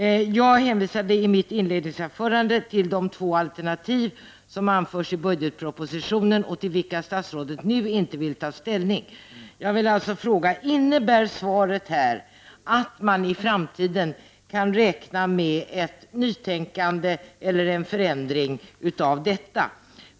Jag hänvisade i mitt inledningsanförande till det två alternativ som anförts i budgetpropositionen och till vilka statsrådet nu inte vill ta ställning. Jag vill alltså fråga: Innebär svaret att man i framtiden kan räkna med ett nytänkande eller en förändring av detta?